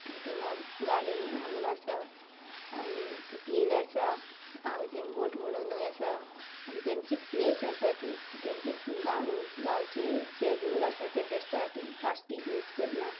तिंगा गार्डनींग म्हूण आसा आनीक हिल आसा हावजींग बोट म्हणुनूय आसा आनी तेमची प्लेस आसा ती तेंची गांवची जे रूल आसा ते बेस्ट आसा तींग प्लास्टीक यूज करना